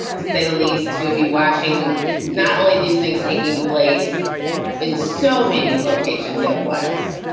to say the least, to be watching not only these things taking place in so many locations at once,